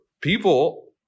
people